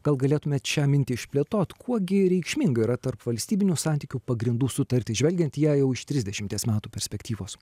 gal galėtumėt šią mintį išplėtotkuo gi reikšminga yra tarpvalstybinių santykių pagrindų sutartis žvelgiant į ją jau iš trisdešimties metų perspektyvos